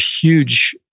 huge